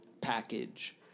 package